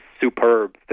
superb